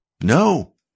No